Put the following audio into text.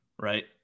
right